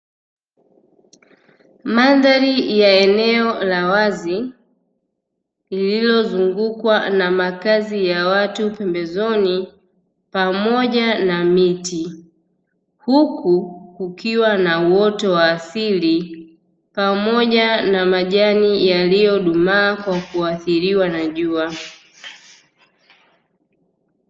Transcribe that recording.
Mandhari ya eneo la wazi lililozungukwa na makazi ya watu pembezoni pamoja na miti, huku kukiwa na outo wa asili pamoja na majani yaliyodumaa kwa kuathiriwa na jua.